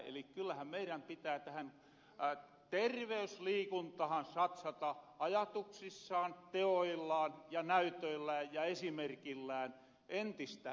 eli kyllähän meirän pitää tähän terveysliikuntahan satsata ajatuksissaan teoillaan ja näytöillään ja esimerkillään entistä enemmän